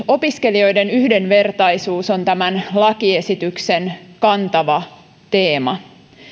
opiskelijoiden yhdenvertaisuus on tämän lakiesityksen kantava teema